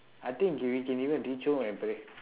I think we can even reach home and pray